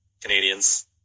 Canadians